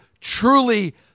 truly